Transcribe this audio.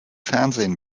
fernsehen